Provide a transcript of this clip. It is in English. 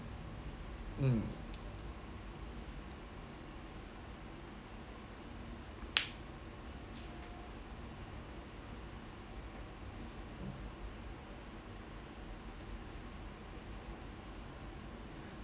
mm